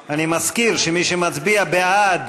אני מזכיר שמי שמצביע בעד,